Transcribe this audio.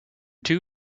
two